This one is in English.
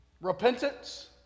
repentance